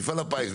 מפעל הפיס,